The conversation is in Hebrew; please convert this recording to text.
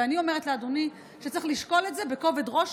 ואני אומרת לאדוני שצריך לשקול את זה בכובד ראש.